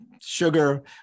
sugar